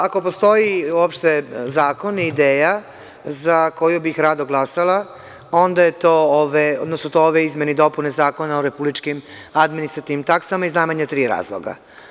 Ako postoji uopšte zakon i ideja za koju bih rado glasala, onda su to ove izmene i dopune Zakona o republičkim administrativnim taksama iz najmanje tri razloga.